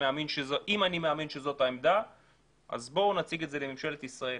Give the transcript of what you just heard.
אם אני מאמין שזאת העמדה אז בואו נציג את זה לממשלת ישראל,